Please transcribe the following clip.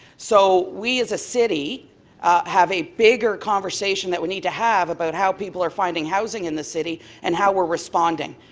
so we as a city have a bigger conversation we need to have about how people are finding housing in the city and how we're responding.